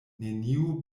neniu